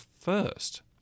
first